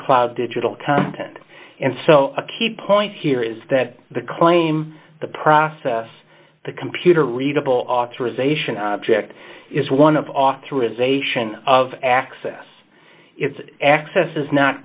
cloud digital content and so a key point here is that the claim the process the computer readable authorization object is one of authorization of access it's access is not